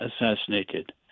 assassinated